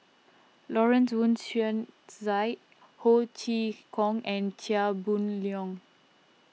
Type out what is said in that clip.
Lawrence Wong Shyun Tsai Ho Chee Kong and Chia Boon Leong